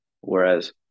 Whereas